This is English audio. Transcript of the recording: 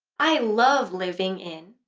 i love living in